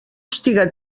estiga